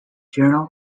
journal